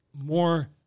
More